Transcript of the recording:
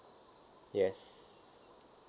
yes